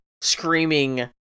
screaming